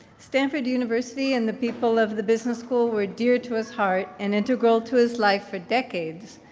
stanford university and the people of the business school were dear to his heart, and integral to his life for decades.